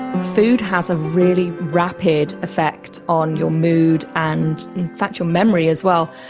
food has a really rapid effect on your mood and in fact your memory as well.